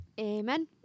amen